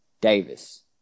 Davis